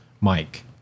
Mike